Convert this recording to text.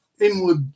inward